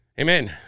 Amen